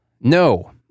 No